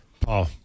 Paul